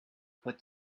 put